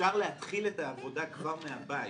אפשר להתחיל את העבודה כבר מהבית,